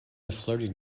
flirting